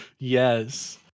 Yes